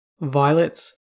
violets